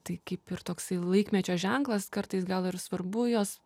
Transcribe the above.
tai kaip ir toksai laikmečio ženklas kartais gal ir svarbu juos